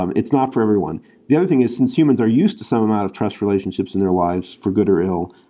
um it's not for everyone the other thing is, since humans are used to some amount of trust relationships in their lives for good or ill,